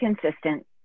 consistent